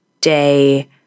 day